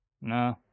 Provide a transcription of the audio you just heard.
No